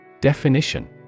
Definition